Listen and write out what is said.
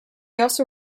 also